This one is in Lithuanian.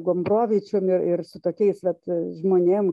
gombrovičium ir ir su tokiais vat žmonėm